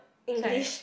English